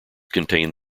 contained